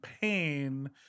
pain